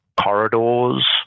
corridors